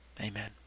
Amen